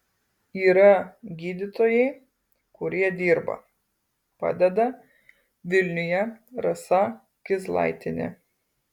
yra gydytojai kurie dirba padeda vilniuje rasa kizlaitienė